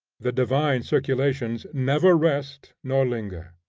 the divine circulations never rest nor linger.